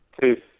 Two